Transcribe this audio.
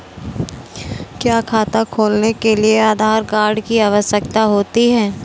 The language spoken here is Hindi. क्या खाता खोलने के लिए आधार कार्ड की आवश्यकता होती है?